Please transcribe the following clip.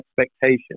expectation